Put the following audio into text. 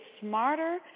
smarter